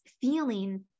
feeling